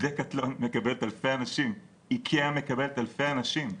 דקטלון מקבלת אלפי אנשים, איקאה מקבלת אלפי אנשים,